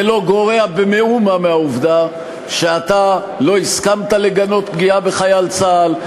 זה לא גורע במאומה מהעובדה שאתה לא הסכמת לגנות פגיעה בחייל צה"ל,